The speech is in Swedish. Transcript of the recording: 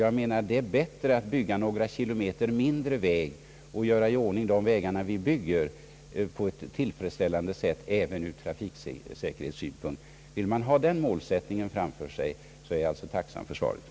Enligt min mening är det bättre att bygga några kilometer mindre vägar och göra i ordning de vägar man bygger med ljus asfalt, alltså på ett även ur trafiksäkerhetssynpunkt tillfredsställande sätt. Vill man ha den målsättningen framför sig är jag alltså tacksam för svaret.